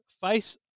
face